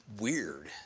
weird